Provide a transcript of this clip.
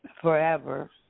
forever